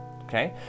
Okay